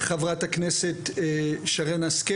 חברת הכנסת שרן השכל.